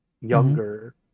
younger